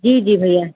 जी जी भैया